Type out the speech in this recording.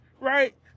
Right